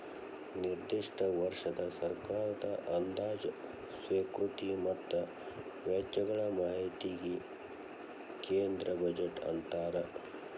ನಿರ್ದಿಷ್ಟ ವರ್ಷದ ಸರ್ಕಾರದ ಅಂದಾಜ ಸ್ವೇಕೃತಿ ಮತ್ತ ವೆಚ್ಚಗಳ ಮಾಹಿತಿಗಿ ಕೇಂದ್ರ ಬಜೆಟ್ ಅಂತಾರ